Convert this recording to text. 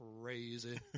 crazy